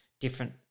different